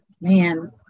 Man